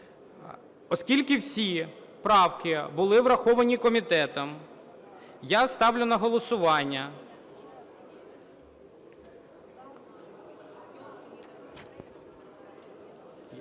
Оскільки всі правки були враховані комітетом, я ставлю на голосування